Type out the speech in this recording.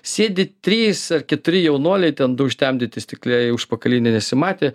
sėdi trys ar keturi jaunuoliai ten du užtemdyti stikliai užpakalinio nesimatė